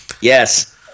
Yes